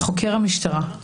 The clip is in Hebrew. חוקר המשטרה.